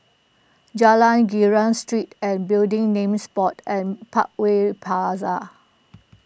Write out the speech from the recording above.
Jalan Girang Street and Building Names Board and Partway Paza